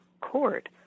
court